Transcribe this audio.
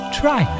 try